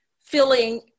feeling